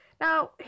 Now